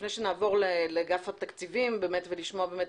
לפני שנעבור לאגף התקציבים כדי לשמוע את